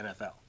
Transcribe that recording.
NFL